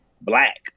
black